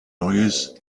neues